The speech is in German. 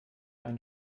einen